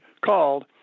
called